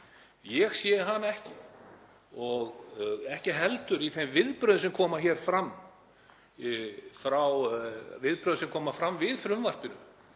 Ég sé hana ekki og ekki heldur í þeim viðbrögðum sem koma fram við frumvarpinu